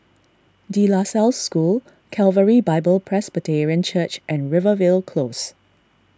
De La Salle School Calvary Bible Presbyterian Church and Rivervale Close